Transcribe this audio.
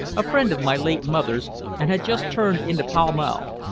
a friend of my late mother's, and had just turned into pall mall,